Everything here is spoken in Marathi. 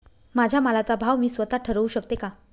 माझ्या मालाचा भाव मी स्वत: ठरवू शकते का?